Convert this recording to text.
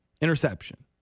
interception